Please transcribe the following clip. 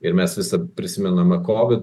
ir mes visad prisimename kovid